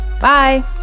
Bye